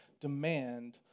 demand